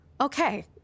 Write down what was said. okay